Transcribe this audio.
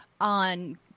on